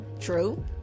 true